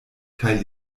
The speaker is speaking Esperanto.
kaj